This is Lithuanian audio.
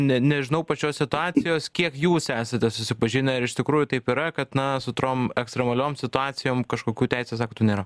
ne nežinau pačios situacijos kiek jūs esate susipažinę ar iš tikrųjų taip yra kad na su trom ekstremaliom situacijom kažkokių teisės aktų nėra